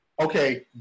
okay